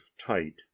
tight